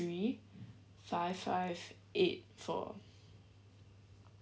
~ee five five eight four